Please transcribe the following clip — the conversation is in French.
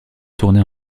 tournée